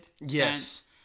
Yes